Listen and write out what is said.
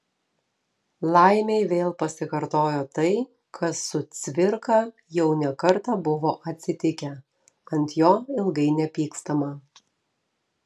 laimei vėl pasikartojo tai kas su cvirka jau ne kartą buvo atsitikę ant jo ilgai nepykstama